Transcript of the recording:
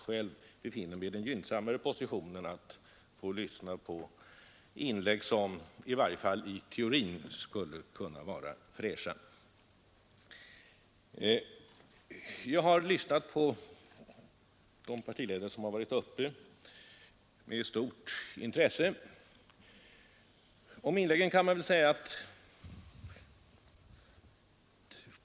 Själv befinner han sig i den gynnsammare positionen att få lyssna till inlägg som i varje fall i teorin skulle kunna vara fräscha. Jag har med stort intresse lyssnat på de partiledare som har varit uppe.